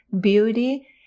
beauty